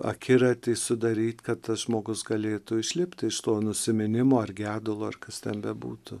akiratį sudaryti kad tas žmogus galėtų išlipti iš to nusiminimo ar gedulo ir kas ten bebūtų